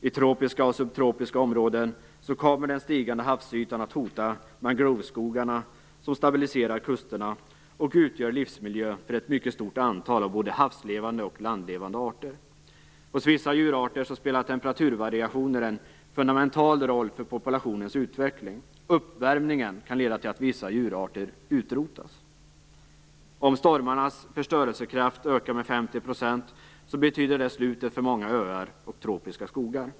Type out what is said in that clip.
I tropiska och subtropiska områden kommer den stigande havsytan att hota mangroveskogarna som stabiliserar kusterna och utgör livsmiljö för ett mycket stort antal av både havslevande och landlevande arter. Hos vissa djurarter spelar temperaturvariationen en fundamental roll för populationens utveckling. Uppvärmningen kan leda till att vissa djurarter utrotas. betyder det slutet för många öar och tropiska skogar.